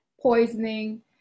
poisoning